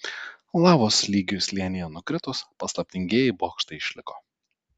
lavos lygiui slėnyje nukritus paslaptingieji bokštai išliko